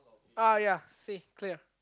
uh ya sea clear